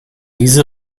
diese